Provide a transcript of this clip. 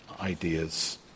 ideas